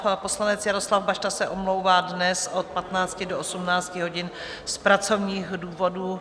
Pan poslanec Jaroslav Bašta se omlouvá dnes od 15 do 18 hodin z pracovních důvodů.